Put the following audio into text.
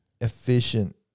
efficient